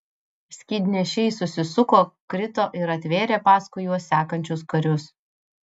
skydnešiai susisuko krito ir atvėrė paskui juos sekančius karius